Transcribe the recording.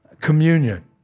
communion